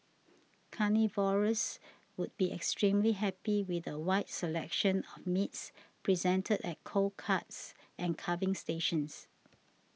carnivores would be extremely happy with a wide selection of meats presented at cold cuts and carving station